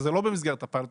שזה לא במסגרת הפיילוט.